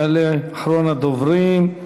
יעלה אחרון הדוברים,